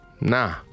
nah